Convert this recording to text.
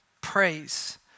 praise